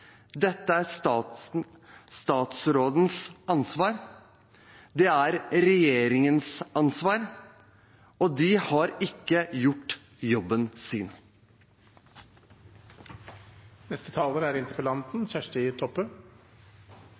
Dette er statsrådens ansvar. Det er regjeringens ansvar. Og de har ikke gjort jobben sin. Takk til dei to som deltok i debatten. Dette er